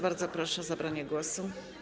Bardzo proszę o zabranie głosu.